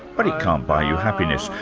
but it can't buy you happiness.